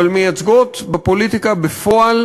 אבל מייצגות בפוליטיקה בפועל